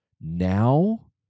Now